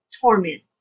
torment